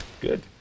Good